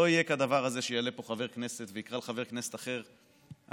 לא יהיה כדבר הזה שיעלה לפה חבר כנסת ויקרא לחבר כנסת אחר "אנטישמי",